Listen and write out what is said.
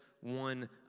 one